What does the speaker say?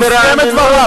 ובנו יותר.